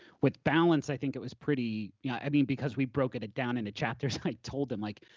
with balance, i think it was pretty, yeah i mean, because we broken it down into chapters, i told them, like,